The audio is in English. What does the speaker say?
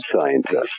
scientist